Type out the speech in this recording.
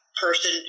person